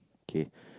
K